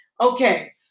Okay